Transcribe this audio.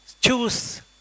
choose